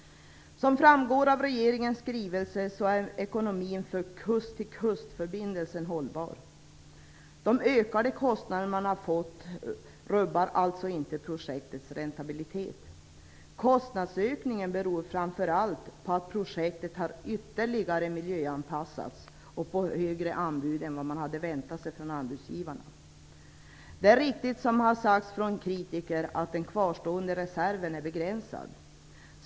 Som framgår av regeringens skrivelse är ekonomin för kust-till-kust-förbindelsen hållbar. De ökade kostnader man har fått rubbar alltså inte projektets räntabilitet. Kostnadsökningen beror framför allt på att projektet har miljöanpassats ytterligare och på högre anbud än vad man hade väntat sig från anbudsgivarna. De är riktigt, vilket har sagts från kritiker, att den kvarstående reserven är begränsad.